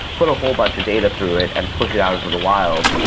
put a whole bunch of data through it and push it out into the wild,